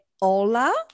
hola